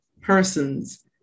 persons